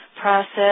process